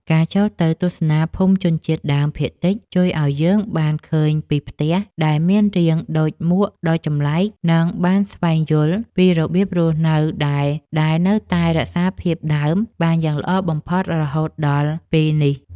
ការចូលទៅទស្សនាភូមិជនជាតិដើមភាគតិចជួយឱ្យយើងបានឃើញពីផ្ទះដែលមានរាងដូចមួកដ៏ចម្លែក និង បានស្វែងយល់ពីរបៀបរស់នៅដែលនៅតែរក្សាភាពដើមបានយ៉ាងល្អបំផុតរហូតមកដល់ពេលនេះ។